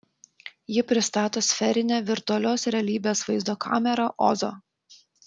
ji pristato sferinę virtualios realybės vaizdo kamerą ozo